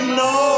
no